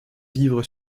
vivre